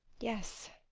yes,